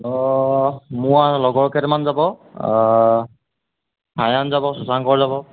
অঁ মোৰ আৰু লগৰ কেইটামান যাব মায়ন যাব শশাংক যাব